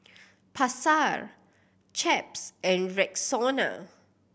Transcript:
Pasar Chaps and Rexona